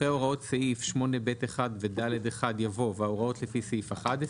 אחרי "הוראות סעיף 8(ב)(1) ו-(ד)(1)" יבוא "וההוראות לפי סעיף 11",